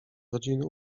rodziny